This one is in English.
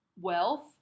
wealth